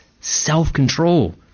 self-control